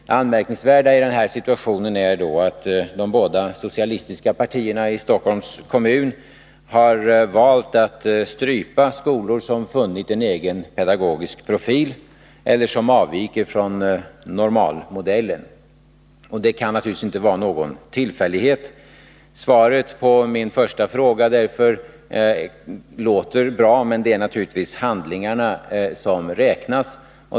Det anmärkningsvärda är att de båda socialistiska partierna i Stockholms kommun har valt att strypa skolor som funnit en egen pedagogisk profil eller som avviker från normalmodellen. Det kan naturligtvis inte vara någon tillfällighet. Svaret på min första fråga låter bra, men det är naturligtvis handlingarna som räknas.